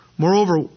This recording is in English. Moreover